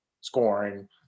scoring